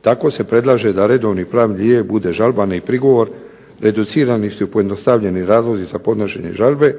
Tako se predlaže da redovni pravni lijek bude žalba ne i prigovor, reducirani su i pojednostavljeni razlozi za podnošenje žalbe,